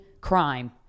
crime